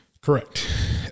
Correct